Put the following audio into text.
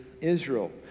Israel